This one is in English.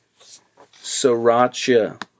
sriracha